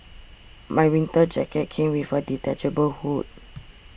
my winter jacket came with a detachable hood